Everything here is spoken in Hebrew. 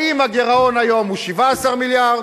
האם הגירעון היום הוא 17 מיליארד,